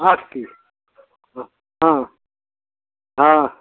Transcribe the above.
आठ की हाँ हाँ